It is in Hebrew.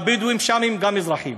הבדואים שם הם גם אזרחים.